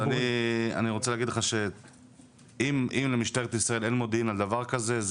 אני רוצה להגיד לך שאם למשטרת ישראל אין מודיעין על דבר כזה,